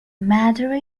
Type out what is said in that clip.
matter